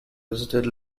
visited